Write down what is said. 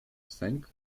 sęk